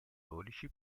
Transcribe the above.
dodici